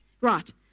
Right